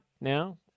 now